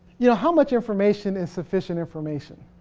you know, how much information is sufficient information?